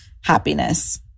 happiness